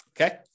okay